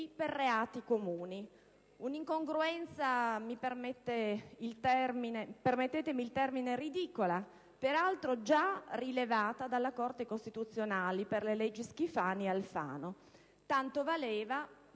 per reati comuni, una incongruenza - permettetemi il termine - ridicola, peraltro già rilevata dalla Corte costituzionale per le leggi Schifani e Alfano. Tanto valeva